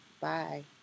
Bye